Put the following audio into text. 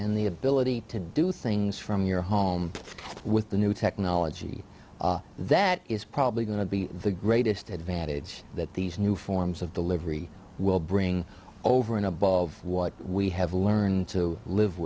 and the ability to do things from your home with the new technology that is probably going to be the greatest advantage that these new forms of delivery will bring over and above what we have learned to live